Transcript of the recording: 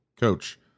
Coach